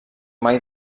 mai